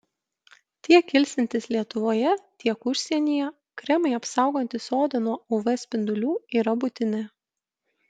tiek ilsintis lietuvoje tiek užsienyje kremai apsaugantys odą nuo uv spindulių yra būtini